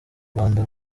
rwanda